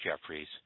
Jeffries